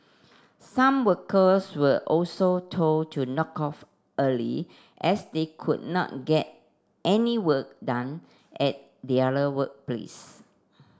some workers were also told to knock off early as they could not get any work done at their workplace